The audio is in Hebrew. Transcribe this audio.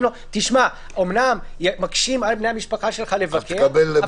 לו: אומנם מקשים על בני המשפחה שלך לבקר,